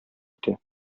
итә